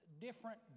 different